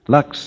Lux